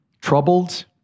troubled